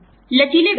लचीले व्यय खाते